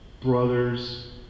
Brothers